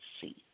see